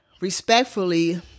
respectfully